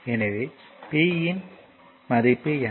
எனவே P இன் மடிப்பு என்ன